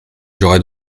j’aurais